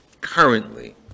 currently